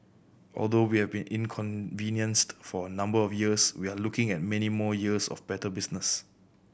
although we have been inconvenienced for a number of years we are looking at many more years of better business